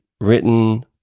written